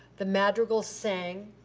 the madrigals sang,